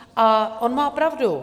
A on má pravdu.